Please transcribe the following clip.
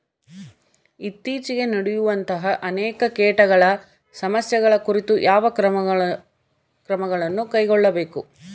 ಇತ್ತೇಚಿಗೆ ನಡೆಯುವಂತಹ ಅನೇಕ ಕೇಟಗಳ ಸಮಸ್ಯೆಗಳ ಕುರಿತು ಯಾವ ಕ್ರಮಗಳನ್ನು ಕೈಗೊಳ್ಳಬೇಕು?